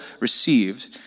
received